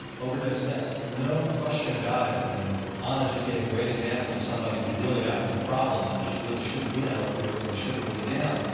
overdose, deaths. no question about it. and anna just gave a great example of somebody who's really got and into problems and just really shouldn't be on opioids, and they should have weaned down.